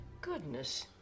goodness